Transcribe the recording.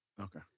Okay